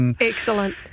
Excellent